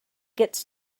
gets